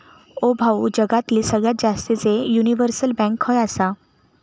ओ भाऊ, जगातली सगळ्यात जास्तीचे युनिव्हर्सल बँक खय आसा